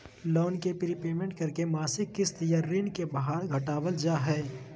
loan के prepayment करके मासिक किस्त या ऋण के भार घटावल जा हय